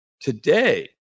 Today